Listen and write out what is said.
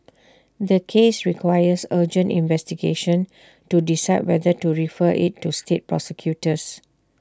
the case requires urgent investigation to decide whether to refer IT to state prosecutors